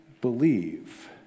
believe